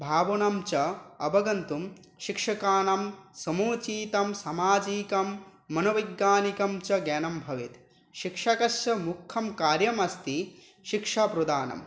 भावनां च अवगन्तुं शिक्षकानां समुचितं समाजीकं मनोवैज्ञानिकं च ज्ञानं भवेत् शिक्षकस्श मुख्यं कार्यमस्ति शिक्षाप्रदानं